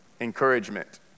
encouragement